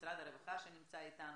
משרד הרווחה שנמצא איתנו,